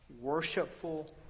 worshipful